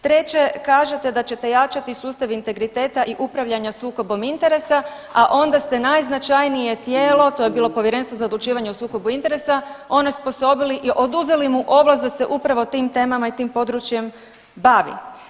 Treće, kažete da ćete jačati sustav integriteta i upravljanja sukobom interesa, a onda ste najznačajnije tijelo, to je bilo Povjerenstvo za odlučivanje o sukobu interesa onesposobili i oduzeli mu ovlast da se upravo tim temama i tim područjem bavi.